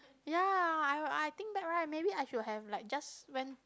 ya I I think back right maybe I should have like just when